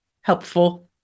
helpful